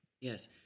Yes